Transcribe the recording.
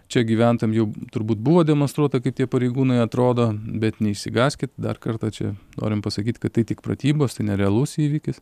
čia gyventojam jau turbūt buvo demonstruota kaip tie pareigūnai atrodo bet neišsigąskit dar kartą čia norim pasakyt kad tai tik pratybos tai nerealus įvykis